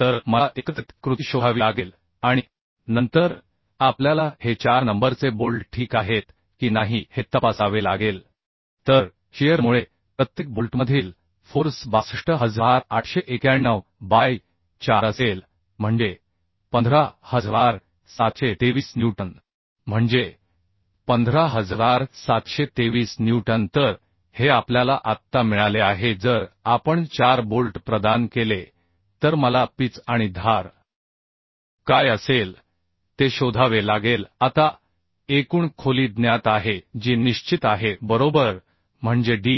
तर मला एकत्रित कृती शोधावी लागेल आणि नंतर आपल्याला हे 4 नंबरचे बोल्ट ठीक आहेत की नाही हे तपासावे लागेल तर शिअरमुळे प्रत्येक बोल्टमधील फोर्स 62891 बाय 4 असेल म्हणजे 15723 न्यूटन म्हणजे 15723 न्यूटन तर हे आपल्याला आत्ता मिळाले आहे जर आपण 4 बोल्ट प्रदान केले तर मला पिच आणि धार काय असेल ते शोधावे लागेल आता एकूण खोली ज्ञात आहे जी निश्चित आहे बरोबर म्हणजे d